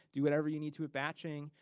do whatever you need to at batching,